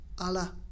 Allah